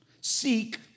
Seek